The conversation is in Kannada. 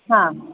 ಹಾಂ